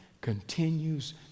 continues